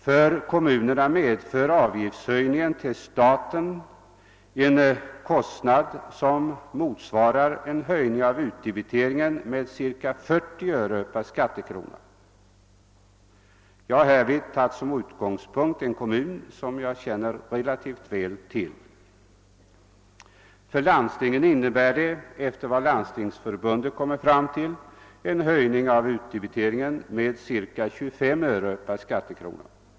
För kommunerna medför avgiftshöjningen till staten en kostnad som motsvarar en höjning av utdebiteringen med cirka 40 öre per skattekrona. Jag har härvid tagit som utgångspunkt en kommun som jag känner relativt väl till. För landstingen innebär det efter vad landstingsförbundet kommit fram till en höjning av utdebiteringen med cirka 25 öre per skattekrona.